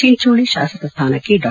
ಚಿಂಚೋಳಿ ಶಾಸಕ ಸ್ಥಾನಕ್ಕೆ ಡಾ